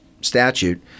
statute